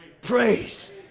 praise